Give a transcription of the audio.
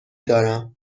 دارم